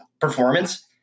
performance